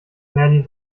merlin